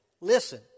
listen